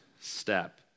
step